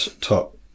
top